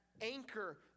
anchor